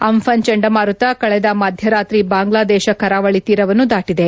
ಅಂಘಾನ್ ಚಂಡಮಾರುತ ಕಳೆದ ಮಧ್ಯರಾತ್ರಿ ಬಾಂಗ್ಲಾದೇಶ ಕರಾವಳಿ ತೀರವನ್ನು ದಾಟದೆ